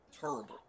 Terrible